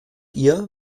ihr